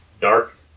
dark